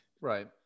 right